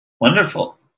Wonderful